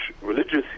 religious